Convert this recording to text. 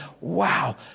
wow